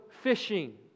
fishing